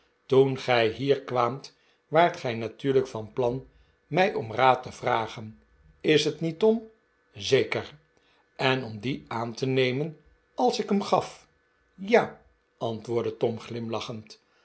toen gij hier kwaamt waart gij natuurlijk van plan mij om raad te vragen is t niet tom zeker en om dien aan te nemen als ik hem gaf ja antwoordde tom glimlachend